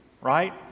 right